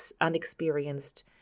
unexperienced